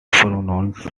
pronounced